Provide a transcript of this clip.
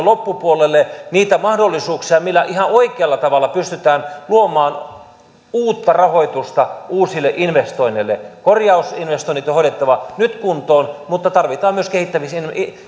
loppupuolelle niitä mahdollisuuksia millä ihan oikealla tavalla pystytään luomaan uutta rahoitusta uusille investoinneille korjausinvestoinnit on hoidettava nyt kuntoon mutta tarvitaan myös